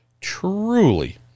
truly